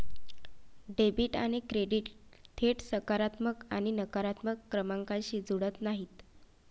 debit आणि credit थेट सकारात्मक आणि नकारात्मक क्रमांकांशी जुळत नाहीत